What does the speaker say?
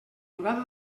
durada